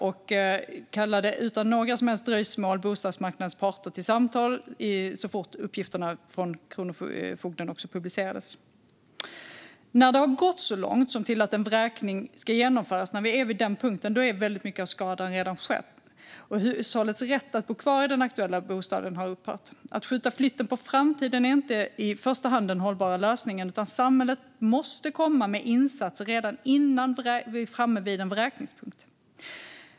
Vi kallade utan några som helst dröjsmål bostadsmarknadens parter till samtal så fort uppgifterna från Kronofogden publicerades. När det har gått så långt som till att en vräkning ska genomföras är väldigt mycket av skadan redan skedd. Hushållets rätt att bo kvar i den aktuella bostaden har upphört. Att skjuta flytten på framtiden är inte en hållbar lösning i första hand, utan samhället måste komma med insatser innan man är framme vid en vräkning.